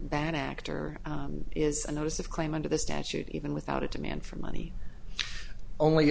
bad actor is a notice of claim under the statute even without a demand for money only